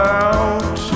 out